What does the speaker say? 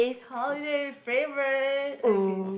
holiday favourite okay